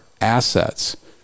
assets